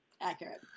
Accurate